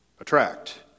Attract